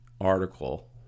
article